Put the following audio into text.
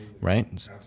right